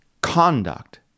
conduct